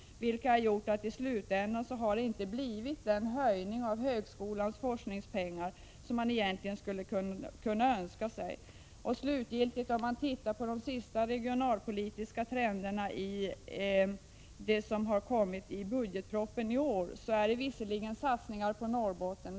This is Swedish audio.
Det har gjort att det i slutänden inte har blivit den ökning av högskolans forskningspengar som man egentligen hade önskat sig. Om man slutligen ser på de senaste regionalpolitiska trenderna, som framgår av budgetpropositionen i år, finner man att det visserligen förekommer satsningar på Norrbotten.